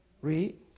Read